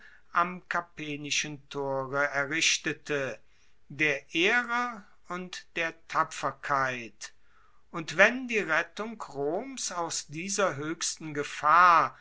am capenischen tore errichtete der ehre und der tapferkeit und wenn die rettung roms aus dieser hoechsten gefahr